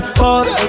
pause